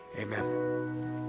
Amen